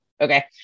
Okay